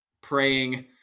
praying